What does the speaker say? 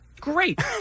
great